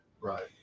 Right